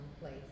place